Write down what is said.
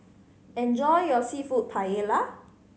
enjoy your Seafood Paella